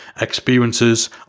experiences